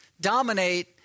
Dominate